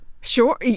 Sure